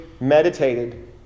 meditated